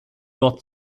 dort